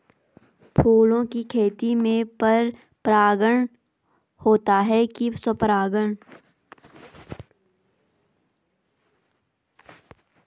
फूलों की खेती में पर परागण होता है कि स्वपरागण?